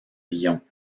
lyon